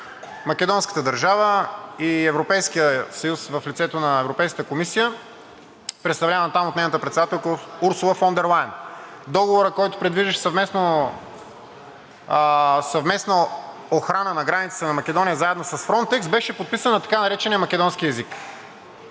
македонската държава и Европейския съюз, в лицето на Европейската комисия, представляван там от нейната председателка Урсула фон дер Лайен. Договорът, който предвиждаше съвместна охрана на границата на Македония заедно с „Фронтекс“, беше подписан на така наречения македонски език.